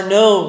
no